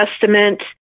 Testament